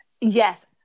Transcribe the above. Yes